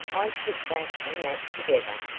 i put that and that together,